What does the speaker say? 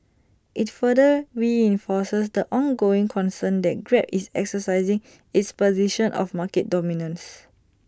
IT further reinforces the ongoing concern that grab is exercising its position of market dominance